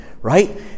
right